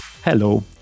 Hello